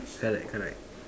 correct correct